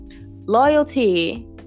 loyalty